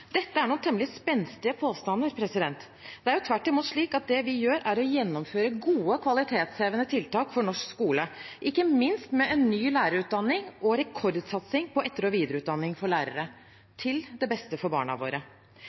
er temmelig spenstige påstander. Det er tvert imot slik at det vi gjør, er å gjennomføre gode kvalitetshevende tiltak for norsk skole, ikke minst med en ny lærerutdanning og rekordsatsing på etter- og videreutdanning for lærere – til det beste for barna våre.